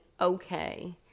okay